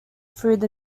through